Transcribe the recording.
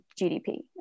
GDP